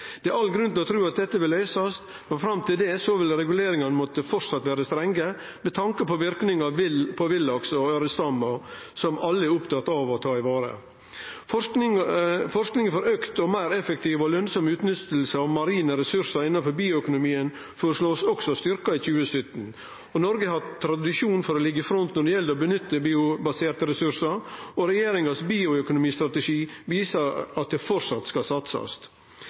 Det er all grunn til å tru at dette vil løysast, men fram til det vil reguleringane framleis måtte vere strenge med tanke på verknaden på villaks og aurestamma vår, som alle er opptatt av å ta vare på. Forsking for auka og meir effektiv og lønsam utnytting av marine ressursar innanfor bioøkonomien er også føreslått styrkt i 2017. Noreg har tradisjon for å liggje i front når det gjeld å nytte biobaserte ressursar, og regjeringas bioøkonomistrategi viser at det framleis skal satsast.